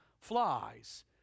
flies